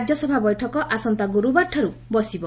ରାଜ୍ୟସଭା ବୈଠକ ଆସନ୍ତା ଗୁରୁବାରଠାରୁ ବସିବ